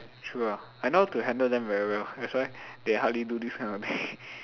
true ah I know how to handle them very well that's why they hardly do this kind of thing